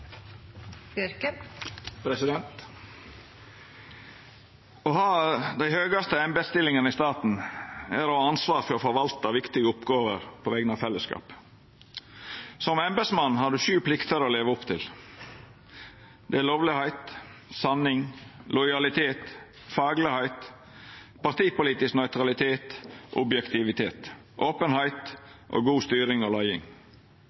Å ha dei høgaste embetsstillingane i staten er å ha ansvar for å forvalta viktige oppgåver på vegner av fellesskapet. Som embetsmann har ein sju plikter å leva opp til. Det er lovlegheit, sanning, lojalitet, fagkunne, partipolitisk nøytralitet og objektivitet, openheit og god styring og leiing.